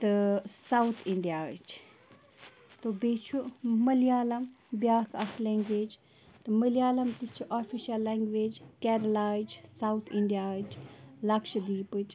تہٕ ساوُتھ اِنڈیاہٕچ تہٕ بیٚیہِ چھُ مٔلیالَم بیٛاکھ اَکھ لینٛگویج تہٕ مٔلیالَم تہِ چھِ آفِشَل لینٛگویج کیرلاہٕچ ساوُتھ اِنڈیاہٕچ لَکشہِ دیٖپٕچ